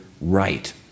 right